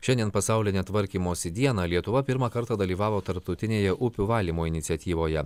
šiandien pasaulinę tvarkymosi dieną lietuva pirmą kartą dalyvavo tarptautinėje upių valymo iniciatyvoje